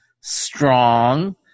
strong